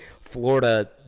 Florida